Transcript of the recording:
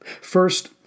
First